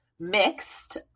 mixed